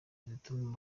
zizatuma